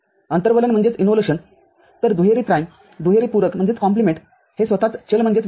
अंतर्वलन तरदुहेरी प्राईमदुहेरी पूरक हे स्वतःच चलआहे